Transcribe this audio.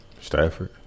Stafford